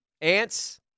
Ants